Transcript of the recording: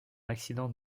accident